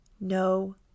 No